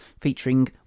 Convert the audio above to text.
featuring